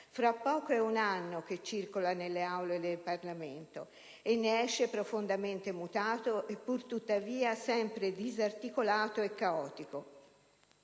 È quasi un anno che circola nelle Aule del Parlamento dalle quali esce profondamente mutato e, pur tuttavia, sempre disarticolato e caotico